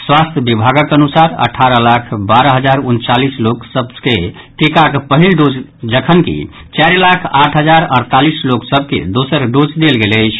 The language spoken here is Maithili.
स्वास्थ्य विभागक अनुसार अठारह लाख बारह हजार उनचालीस लोक सभ के टीकाक पहिल डोज जखन कि चारि लाख आठ हजार अड़तालीस लोक सभ के दोसर डोज देल गेल अछि